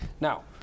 Now